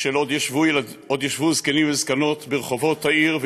של עוד ישבו זקנים וזקנות ברחובות העיר,